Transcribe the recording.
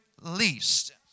least